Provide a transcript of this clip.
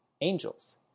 angels